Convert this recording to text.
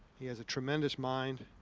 he has a tremendous mind.